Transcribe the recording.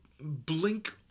blink